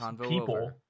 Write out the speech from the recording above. people